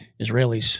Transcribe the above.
Israelis